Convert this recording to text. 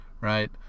right